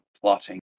plotting